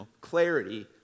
clarity